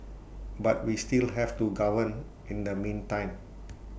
but we still have to govern in the meantime